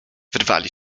wyrwali